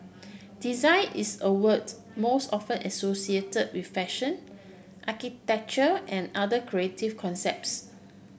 design is a word most often associated with fashion architecture and other creative concepts